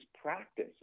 practice